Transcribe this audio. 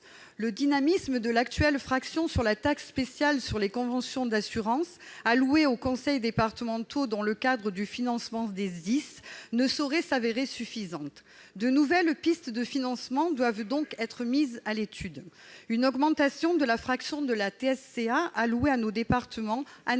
Le dynamisme de l'actuelle fraction de la taxe spéciale sur les conventions d'assurance (TSCA) allouée aux conseils départementaux dans le cadre du financement des SDIS ne saurait suffire. De nouvelles pistes de financement doivent donc être mises à l'étude. Une augmentation de la fraction de la TSCA allouée à nos départements en est